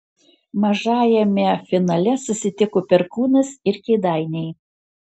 mažajame finale susitiko perkūnas ir kėdainiai